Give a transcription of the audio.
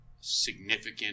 significant